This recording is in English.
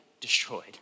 destroyed